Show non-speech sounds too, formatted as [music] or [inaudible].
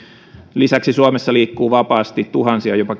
lisäksi suomessa liikkuu vapaasti jopa [unintelligible]